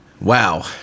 Wow